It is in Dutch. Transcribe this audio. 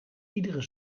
iedere